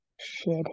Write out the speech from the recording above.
shed